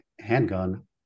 handgun